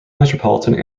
metropolitan